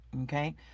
okay